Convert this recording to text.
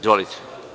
Izvolite.